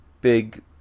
big